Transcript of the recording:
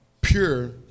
pure